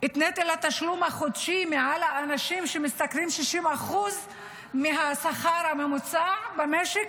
את נטל התשלום החודשי מעל האנשים שמשתכרים 60% מהשכר הממוצע במשק,